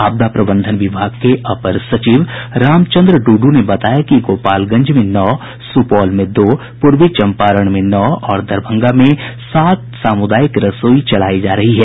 आपदा प्रबंधन विभाग के अपर सचिव रामचंद्र डूडू ने बताया कि गोपालगंज में नौ सुपौल में दो पूर्वी चंपारण में नौ और दरभंगा में सात सामुदायिक रसोई चलाई जा रही है